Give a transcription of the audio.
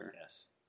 Yes